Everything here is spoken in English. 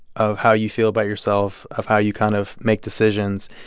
of how you feel about yourself, of how you kind of make decisions.